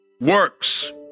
works